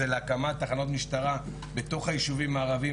זה להקמת תחנות משטרה בתוך היישובים הערבים,